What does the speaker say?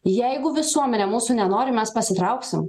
jeigu visuomenė mūsų nenori mes pasitrauksim